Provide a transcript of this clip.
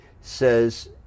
says